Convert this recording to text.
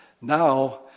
Now